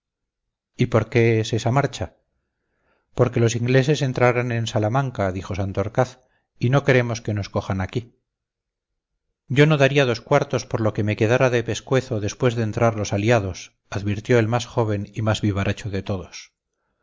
y por qué es esa marcha porque los ingleses entrarán en salamanca dijo santorcaz y no queremos que nos cojan aquí yo no daría dos cuartos por lo que me quedara de pescuezo después de entrar los aliados advirtió el más joven y más vivaracho de todos